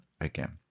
again